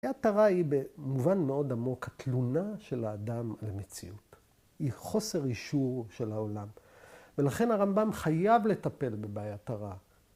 ‫בעיית הרע היא במובן מאוד עמוק ‫תלונה של האדם למציאות. ‫היא חוסר אישור של העולם. ‫ולכן הרמב"ם חייב לטפל ‫בבעיית הרע.